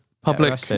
public